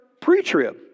pre-trib